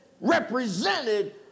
represented